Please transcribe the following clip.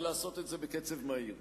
ולעשות את זה בקצב מהיר.